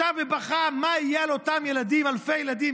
ישב ובכה מה יהיה על אותם אלפי ילדים